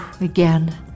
again